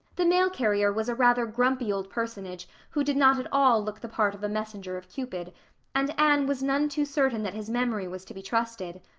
the mail carrier was a rather grumpy old personage who did not at all look the part of a messenger of cupid and anne was none too certain that his memory was to be trusted.